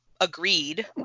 agreed